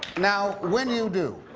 now, when you do,